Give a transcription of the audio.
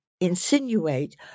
insinuate